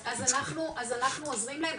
אז אנחנו עוזרים להם,